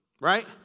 right